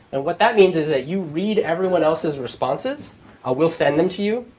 and what that means is that you read everyone else's responses i will send them to you